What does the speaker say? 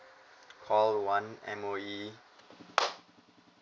call one M_O_E